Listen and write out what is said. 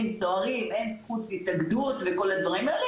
ולסוהרים אין זכות התאגדות וכל הדברים האלה,